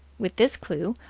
with this clue,